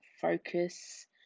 focus